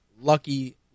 lucky